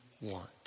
want